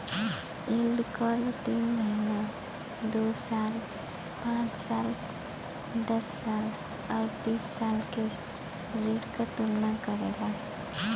yield curve तीन महीना, दो साल, पांच साल, दस साल आउर तीस साल के ऋण क तुलना करला